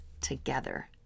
together